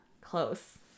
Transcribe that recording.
Close